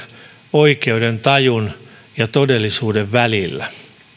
oikeudentajun ja todellisuuden välillä